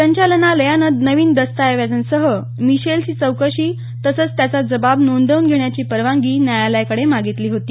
संचालनालयानं नवीन दस्तावेजांसह मिशेलची चौकशी तसंच त्याचा जबाब नोंदवून घेण्याची परवानगी न्यायालयाकडे मागितली होती